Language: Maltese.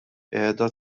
qiegħda